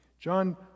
john